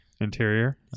Interior